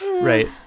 right